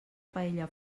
paella